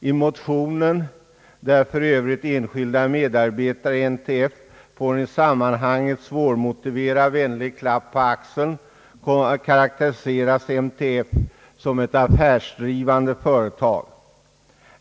I motionen, där för övrigt enskilda medarbetare i NTF får en i sammanhanget svårmotiverad vänlig klapp på axeln, karakteriseras NTF såsom ett affärsdrivande företag.